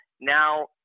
now –